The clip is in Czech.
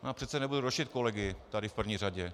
Já přece nebudu rušit kolegy tady v první řadě.